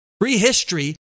Prehistory